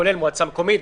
כולל מועצה מקומית,